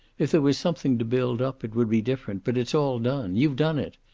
if there was something to build up it would be different, but it's all done. you've done it.